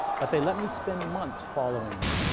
but they let me spend months following them,